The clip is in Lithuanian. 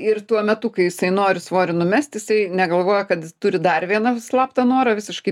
ir tuo metu kai jisai nori svorį numesti jisai negalvoja kad turi dar vieną slaptą norą visiškai